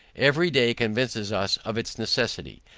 every day convinces us of its necessity.